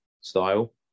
style